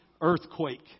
earthquake